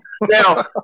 Now